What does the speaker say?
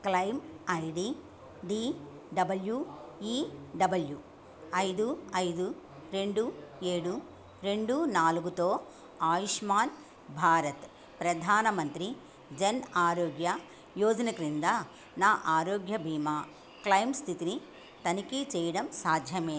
claim I D D W E W ఐదు ఐదు రెండు ఏడు రెండు నాలుగుతో ఆయుష్మాన్ భారత్ ప్రధాన మంత్రి జన్ ఆరోగ్య యోజన క్రింద నా ఆరోగ్య బీమా క్లెయిమ్ స్థితిని తనిఖీ చేయడం సాధ్యమేన